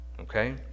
Okay